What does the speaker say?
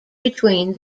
between